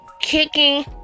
kicking